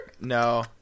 No